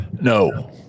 No